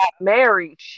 married